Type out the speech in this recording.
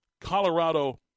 Colorado